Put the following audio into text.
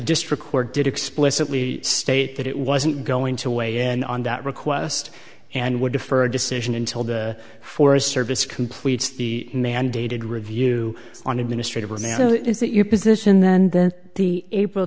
district court did explicitly state that it wasn't going to weigh in on that request and would defer a decision until the forest service completes the mandated review on administrative romanow is that your position then then the april